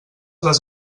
les